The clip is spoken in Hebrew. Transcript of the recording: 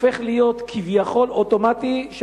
הופכים אוטומטית כביכול להיות,